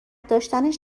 داشتنش